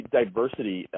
diversity